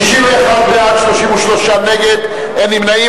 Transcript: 61 בעד, 33 נגד, אין נמנעים.